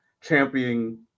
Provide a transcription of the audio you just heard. championing